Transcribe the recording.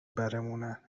برمونن